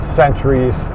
centuries